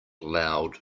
loud